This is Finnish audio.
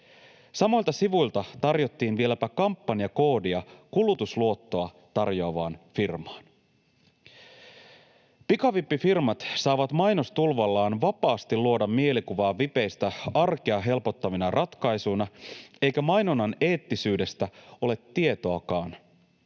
Samoilta sivuilta tarjottiin vieläpä kampanjakoodia kulutusluottoa tarjoavaan firmaan. Pikavippifirmat saavat mainostulvallaan vapaasti luoda mielikuvaa vipeistä arkea helpottavina ratkaisuina, eikä mainonnan eettisyydestä ole tietoakaan.